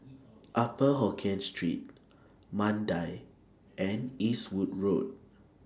Upper Hokkien Street Mandai and Eastwood Road